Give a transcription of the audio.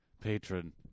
patron